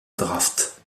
draft